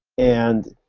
and